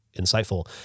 insightful